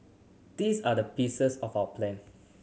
these are the pieces of our plan